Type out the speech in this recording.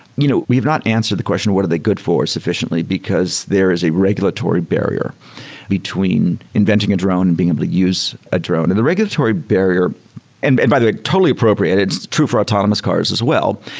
you know we've not answered the question what are they good for sufficiently, because there is a regulatory barrier between inventing a drone and being able to use a drone. and the regulatory barrier and and by the way, totally appropriate. it's true for autonomous cars as well.